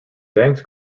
banks